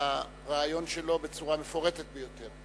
הרעיון שלו בצורה מפורטת ביותר.